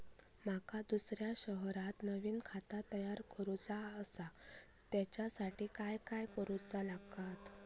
माका दुसऱ्या शहरात नवीन खाता तयार करूचा असा त्याच्यासाठी काय काय करू चा लागात?